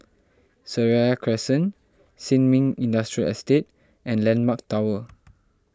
Seraya Crescent Sin Ming Industrial Estate and Landmark Tower